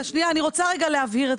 אני רוצה להבהיר.